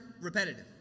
repetitive